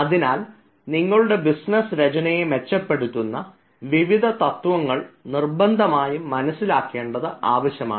അതിനാൽ നിങ്ങളുടെ ബിസിനസ്സ് രചനയെ മെച്ചപ്പെടുത്തുന്ന വിവിധ തത്ത്വങ്ങൾ നിർബന്ധമായും മനസ്സിലാക്കേണ്ടത് ആവശ്യമാണ്